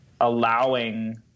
allowing